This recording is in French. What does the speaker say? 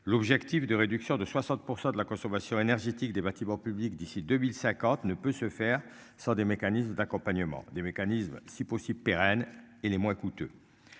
L'objectif de réduction de 60% de la consommation énergétique des bâtiments publics d'ici 2050 ne peut se faire sur des mécanismes d'accompagnement des mécanismes si possible pérenne et les moins coûteux.